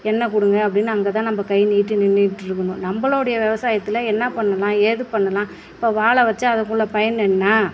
எண்ணெய் கொடுங்க அப்படினு அங்கே தான் நம்ம கை நீட்டி நின்றுட்டு இருக்கணும் நம்மளுடைய விவசாயத்துல என்ன பண்ணலாம் ஏது பண்ணலாம் இப்போ வாழை வெச்சால் அதுக்குள்ள பயன் என்ன